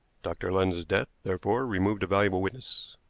dr. london's death, therefore, removed a valuable witness.